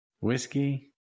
Whiskey